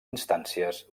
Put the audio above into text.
instàncies